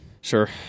Sure